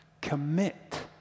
commit